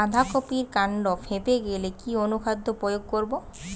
বাঁধা কপির কান্ড ফেঁপে গেলে কি অনুখাদ্য প্রয়োগ করব?